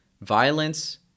Violence